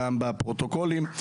דרך הפרוטוקולים.